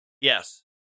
Yes